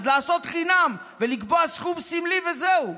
אז לעשות חינם ולקבוע סכום סמלי וזהו,